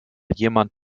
jemand